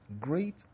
Great